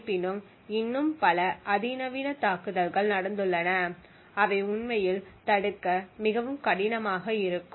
இருப்பினும் இன்னும் பல அதிநவீன தாக்குதல்கள் நடந்துள்ளன அவை உண்மையில் தடுக்க மிகவும் கடினமாக இருக்கும்